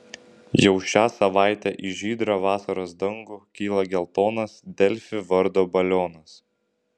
jau šią savaitę į žydrą vasaros dangų kyla geltonas delfi vardo balionas